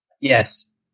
Yes